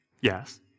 Yes